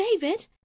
David